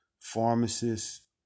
pharmacists